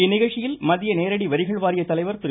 இந்நிகழ்ச்சியில் மத்திய நேரடி வரிகள் வாரிய தலைவர் திரு